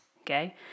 okay